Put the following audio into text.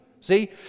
see